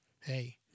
hey